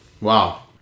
Wow